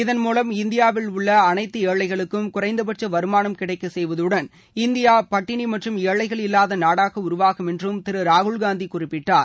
இதன் மூலம் இந்தியாவில் உள்ள அனைத்து ஏழைகளுக்கும் குறைந்தபட்ச வருமானம் கிடைக்கச் செய்வதுடன் இந்தியா பட்டினி மற்றும் ஏழைகள் இல்லாத நாடாக உருவாகும் என்றும் திரு ராகுல் காந்தி குறிப்பிட்டார்